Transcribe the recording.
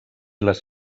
les